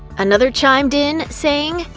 another chimed in, saying,